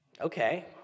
Okay